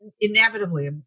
inevitably